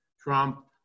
Trump